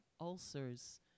ulcers